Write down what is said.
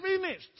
finished